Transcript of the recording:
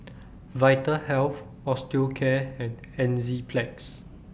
Vitahealth Osteocare and Enzyplex